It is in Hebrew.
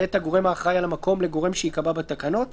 מאת הגורם האחראי על המקום לגורם שייקבע בתקנות,